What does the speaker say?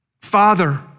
Father